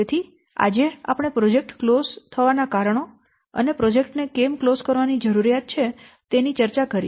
તેથી આજે આપણે પ્રોજેક્ટ ક્લોઝ થવાનાં કારણો અને પ્રોજેક્ટ ને કેમ ક્લોઝ કરવાની જરૂરિયાત છે તેની ચર્ચા કરી